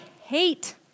hate